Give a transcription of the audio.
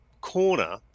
corner